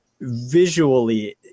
visually